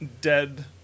dead